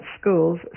schools